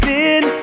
Sin